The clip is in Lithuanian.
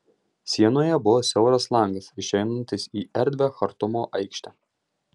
sienoje buvo siauras langas išeinantis į erdvią chartumo aikštę